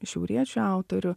šiauriečių autorių